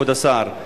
כבוד השר,